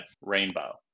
rainbow